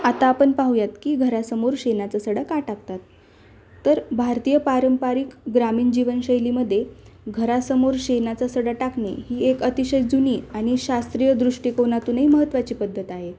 आता आपण पाहूयात की घरासमोर शेणाचा सडा का टाकतात तर भारतीय पारंपारिक ग्रामीण जीवनशैलीमध्ये घरासमोर शेणाचा सडा टाकणे ही एक अतिशय जुनी आणि शास्त्रीय दृष्टिकोनातूनही महत्त्वाची पद्धत आहे